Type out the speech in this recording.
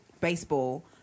Baseball